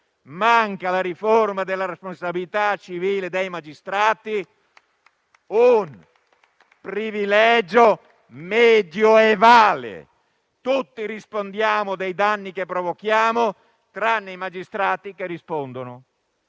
e quella della responsabilità civile dei magistrati, che è un privilegio medioevale. Tutti rispondiamo dei danni che provochiamo, tranne i magistrati, che rispondono